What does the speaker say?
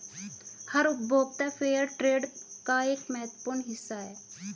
हर उपभोक्ता फेयरट्रेड का एक महत्वपूर्ण हिस्सा हैं